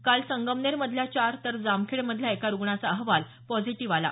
काल संगमनेर मधल्या चार तर जामखेड मधल्या एका रुग्णाचा अहवाल पॉझिटिव्ह आला